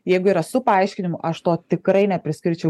jeigu yra su paaiškinimu aš to tikrai nepriskirčiau